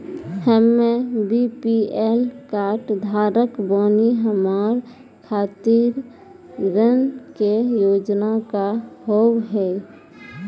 हम्मे BPL card धारक बानि हमारा खातिर ऋण के योजना का होव हेय?